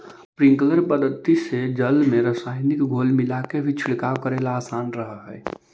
sprinkler पद्धति से जल में रसायनिक घोल मिलाके भी छिड़काव करेला आसान रहऽ हइ